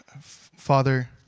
Father